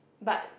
but